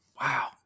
wow